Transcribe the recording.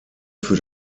für